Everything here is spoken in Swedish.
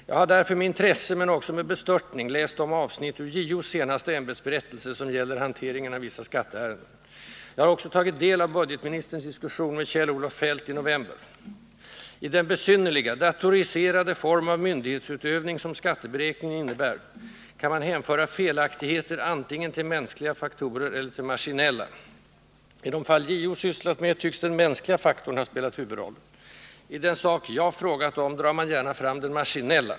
Jag har därför med intresse men också med bestörtning läst de avsnitt ur JO:s senaste ämbetsberättelse, som gäller hanteringen av vissa skatteärenden. Jag har också tagit del av budgetministerns diskussion med Kjell-Olof Feldt i november. I den besynnerliga, datoriserade form av myndighetsutövning som skatteberäkningen innebär kan man hänföra felaktigheter antingen till mänskliga faktorer eller till maskinella. I de fall JO sysslat med tycks den mänskliga faktorn spela huvudrollen. I den sak jag frågat om drar man gärna fram den maskinella.